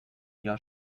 jahr